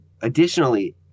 additionally